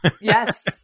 yes